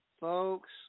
folks